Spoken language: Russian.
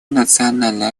национальной